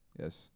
Yes